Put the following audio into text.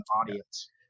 audience